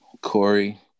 Corey